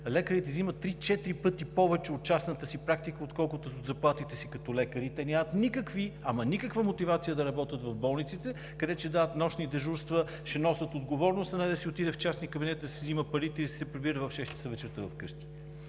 лекарите взимат три, четири пъти повече от частната си практика, отколкото от заплатите си като лекари. Те нямат никаква, ама никаква мотивация да работят в болниците, където ще дават нощни дежурства, ще носят отговорност, а не да си отиде в частния кабинет, да си взема парите и да се прибира в шест часа вечерта вкъщи.